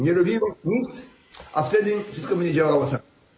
Nie robimy nic, a wtedy wszystko będzie działało samo.